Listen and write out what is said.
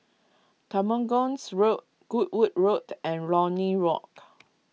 Temenggong Road Goodwood Road and Lornie Walk